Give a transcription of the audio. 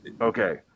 Okay